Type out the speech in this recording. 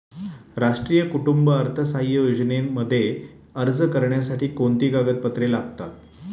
राष्ट्रीय कुटुंब अर्थसहाय्य योजनेमध्ये अर्ज करण्यासाठी कोणती कागदपत्रे लागतात?